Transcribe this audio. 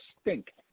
stink